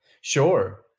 Sure